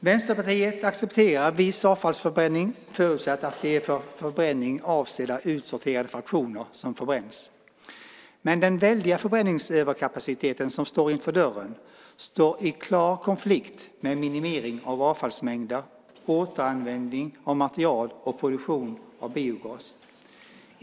Vänsterpartiet accepterar viss avfallsförbränning förutsatt att det är för förbränning avsedda utsorterade fraktioner som förbränns. Men den väldiga förbränningsöverkapacitet som står för dörren står i klar konflikt med en minimering av avfallsmängder, återanvändning av material och produktion av biogas.